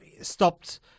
stopped